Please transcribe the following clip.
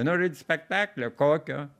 norit spektaklio kokio